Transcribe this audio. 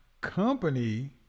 company